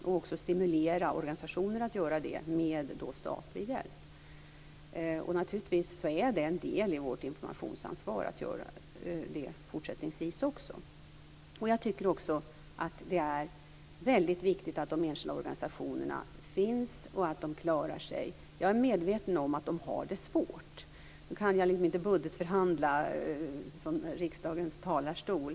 Vi har också stimulerat organisationerna att med statlig hjälp göra det. Naturligtvis är det en del i vårt informationsansvar att göra det även i fortsättningen. Jag tycker också att det är mycket viktigt att de enskilda organisationerna finns och att de klarar sig. Jag är medveten om att de har det svårt. Men jag kan inte budgetförhandla från riksdagens talarstol.